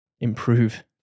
improve